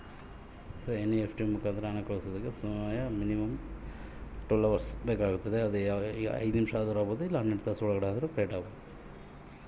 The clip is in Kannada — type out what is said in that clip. ಸರ್ ಎನ್.ಇ.ಎಫ್.ಟಿ ಮುಖಾಂತರ ಹಣ ಕಳಿಸೋಕೆ ಎಷ್ಟು ಸಮಯ ಬೇಕಾಗುತೈತಿ?